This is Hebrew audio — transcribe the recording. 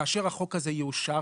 כאשר החוק הזה יאושר,